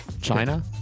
China